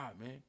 man